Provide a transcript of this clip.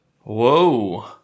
Whoa